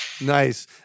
Nice